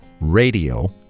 radio